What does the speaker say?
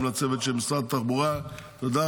גם לצוות של משרד התחבורה.